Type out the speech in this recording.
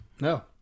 No